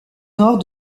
nord